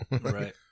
Right